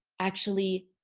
actually,